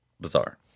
bizarre